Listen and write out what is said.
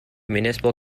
municipal